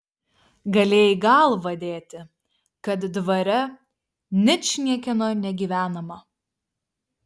galėjai galvą dėti kad dvare ničniekieno negyvenama